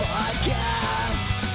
Podcast